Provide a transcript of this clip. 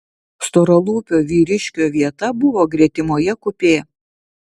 storalūpio vyriškio vieta buvo gretimoje kupė